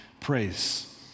praise